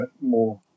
more